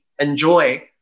enjoy